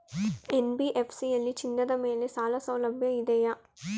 NBFC ಯಲ್ಲಿ ಚಿನ್ನದ ಮೇಲೆ ಸಾಲಸೌಲಭ್ಯ ಇದೆಯಾ?